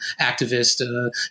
activist